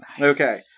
Okay